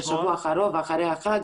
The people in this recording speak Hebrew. בשבוע הקרוב,